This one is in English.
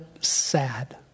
sad